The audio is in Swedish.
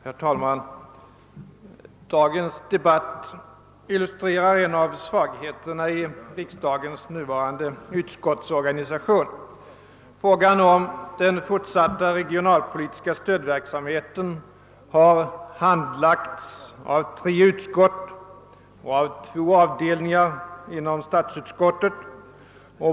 Herr talman! Dagens debatt illustrerar en av svagheterna i riksdagens nuvarande utskottsorganisation. Frågan om den fortsatta regionalpolitiska stödverksamheten har handlagts av tre utskott och av två avdelningar inom statsutskottet.